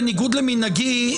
בניגוד למנהגי,